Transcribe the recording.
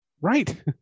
Right